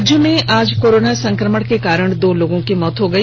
राज्य में आज कोरोना संक्रमण के कारण दो लोगों की मौत हो गई